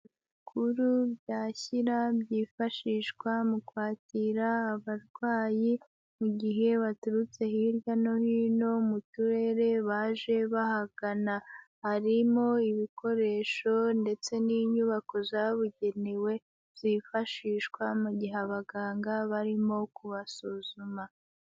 Bikuru bya Shyira byifashishwa mu kwakira abarwayi mu gihe baturutse hirya no hino mu turere baje bahagana, harimo ibikoresho ndetse n'inyubako zabugenewe zifashishwa mu gihe abaganga barimo kubasuzuma.